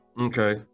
Okay